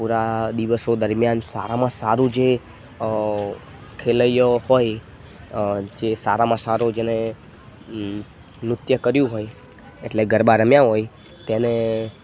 આ પૂરા દિવસો દરમિયાન સારામાં સારું જે ખેલૈયાઓ હોય જે સારામાં સારું જેને નૃત્ય કર્યું હોય એટલે ગરબા રમ્યા હોય તેને